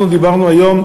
אנחנו דיברנו היום,